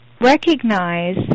recognize